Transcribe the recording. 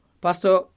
Pastor